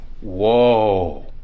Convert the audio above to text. whoa